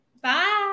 Bye